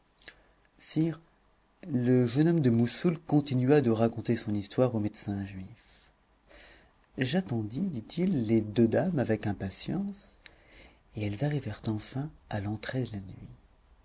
le jeune homme de moussoul continua de raconter son histoire au médecin juif j'attendis dit-il les deux dames avec impatience et elles arrivèrent enfin à l'entrée de la nuit